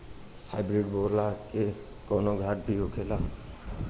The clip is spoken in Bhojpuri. हाइब्रिड बोला के कौनो घाटा भी होखेला?